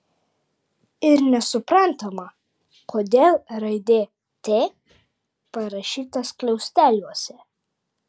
ir nesuprantama kodėl raidė t parašyta skliausteliuose